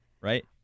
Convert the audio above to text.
right